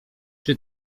czy